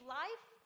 life